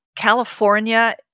California